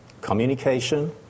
communication